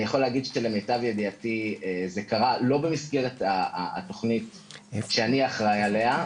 אני יכול שלמיטב ידיעתי זה קרה לא במסגרת התוכנית שאני אחראי עליה.